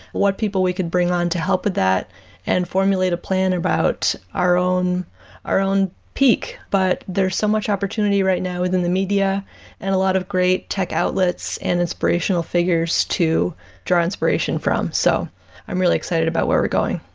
what people we could bring on to help with that and formulate a plan about our own our own peak. but there's so much opportunity right now within the media and a lot of great tech outlets and inspirational figures to draw inspiration from. so i'm really excited about where we're going.